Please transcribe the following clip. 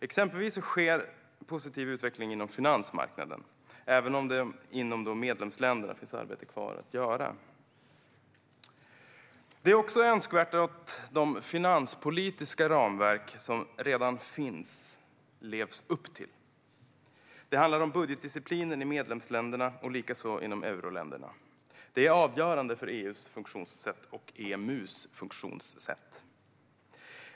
Exempelvis sker det en positiv utveckling inom finansmarknaden, även om det inom medlemsländerna finns arbete kvar att göra. Det är också önskvärt att man lever upp till de finanspolitiska ramverk som redan finns. Det handlar om budgetdisciplinen i medlemsländerna och likaså inom euroländerna. Det är avgörande för EU:s funktionssätt och EMU:s funktionssätt.